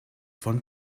von